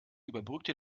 überbrückte